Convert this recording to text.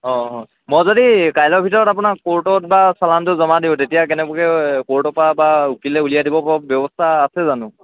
অঁ অঁ মই যদি কাইলৈৰ ভিতৰত আপোনাক ক'ৰ্টত বা চালানটো জমা দিওঁ তেতিয়া কেনেবাকে ক'ৰ্টৰ পৰা বা উকিলে উলিয়াই দিব পৰা ব্যৱস্থা আছে জানো